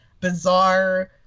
bizarre